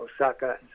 Osaka